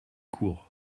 court